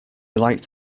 liked